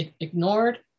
ignored